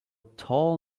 tall